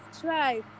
try